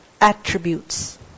attributes